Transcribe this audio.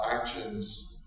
actions